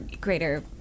greater